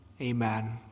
Amen